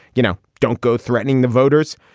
you know, don't go threatening the voters.